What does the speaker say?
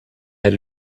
had